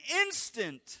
instant